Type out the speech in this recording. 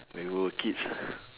when we were kids